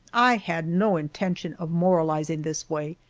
i had no intention of moralizing this way,